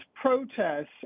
protests